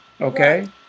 Okay